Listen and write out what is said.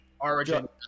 Origin